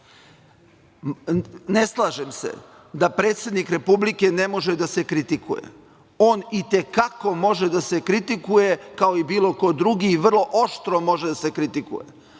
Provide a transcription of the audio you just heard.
Ne slažem se da predsednik Republike ne može da se kritikuje. On i te kako može da se kritikuje kao i bilo ko drugi i vrlo oštro može da se kritikuje,